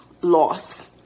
loss